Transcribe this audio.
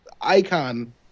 icon